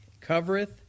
covereth